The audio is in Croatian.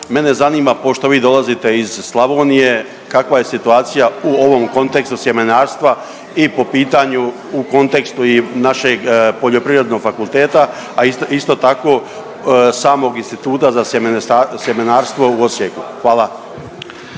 Mene zanima pošto vi dolazite iz Slavonije kakva je situacija u ovom kontekstu sjemenarstva i po pitanju u kontekstu i našeg Poljoprivrednog fakulteta, a isto tako samog Instituta za sjemenarstvo u Osijeku? Hvala.